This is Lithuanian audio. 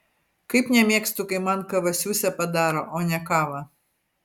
kaip nemėgstu kai man kavasiusę padaro o ne kavą